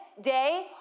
day